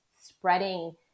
spreading